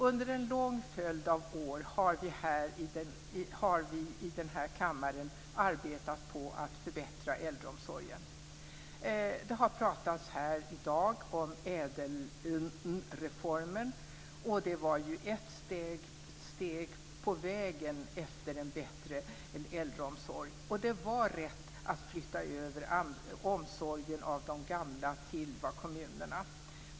Under en lång följd av år har vi i den här kammaren arbetat på att förbättra äldreomsorgen. Det har i dag pratats om ädelreformen. Den var ett steg på vägen efter en bättre äldreomsorg. Det var rätt att flytta över omsorgen av de gamla till kommunerna.